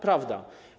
Prawda.